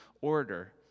order